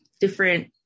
different